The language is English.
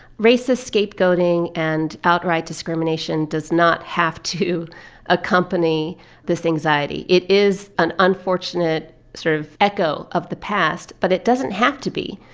racist scapegoating and outright discrimination does not have to accompany this anxiety. it is an unfortunate sort of echo of the past, but it doesn't have to be.